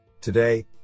Today